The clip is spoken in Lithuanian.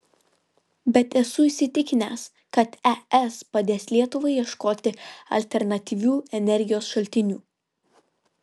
bet esu įsitikinęs kad es padės lietuvai ieškoti alternatyvių energijos šaltinių